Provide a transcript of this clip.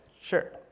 sure